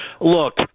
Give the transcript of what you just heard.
Look